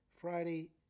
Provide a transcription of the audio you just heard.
Friday